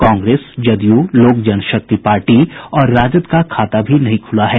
कांग्रेस जदयू लोक जनशक्ति पार्टी और राजद का खाता भी नहीं खुला है